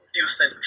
Houston